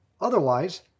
Otherwise